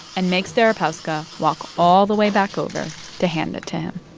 and makes deripaska walk all the way back over to hand it to him